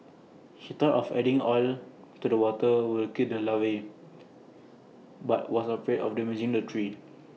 he thought of adding oil to the water will kill the larvae but was afraid of damaging the tree